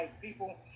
people